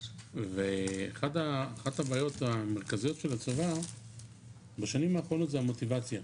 ואחת הבעיות המרכזיות של הצבא בשנים האחרונות זו המוטיבציה,